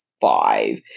five